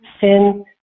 sin